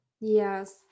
yes